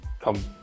come